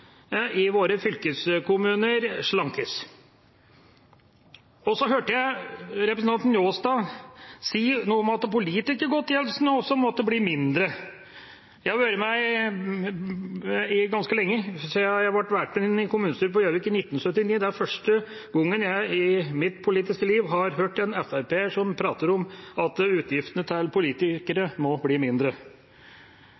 i våre fylkeskommuner slankes. Jeg hørte representanten Njåstad si noe om at politikergodtgjørelsene også måtte bli mindre. Jeg har vært med ganske lenge, jeg ble valgt inn i kommunestyret på Gjøvik i 1979, og det er første gang jeg i mitt politiske liv har hørt en FrP-er prate om at utgiftene til